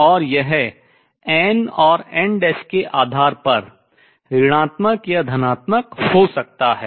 और यह n और n के आधार पर ऋणात्मक या धनात्मक हो सकता है